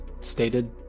stated